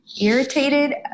irritated